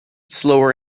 slower